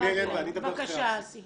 לי אין בעיה, אני אדבר אחרי זה.